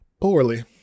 Poorly